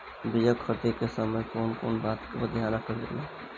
बीया खरीदे के समय कौन कौन बात के ध्यान रखल जाला?